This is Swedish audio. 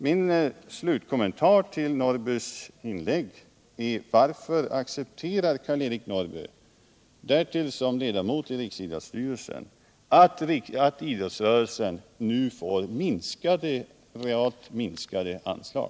Min slutkommentar till herr Norrbys inlägg är frågan: Varför accepterar herr Karl-Eric Norrby, som dessutom är ledamot i Riksidrottsstyrelsen, att idrottsrörelsen nu får reellt minskade anslag?